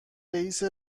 رئیس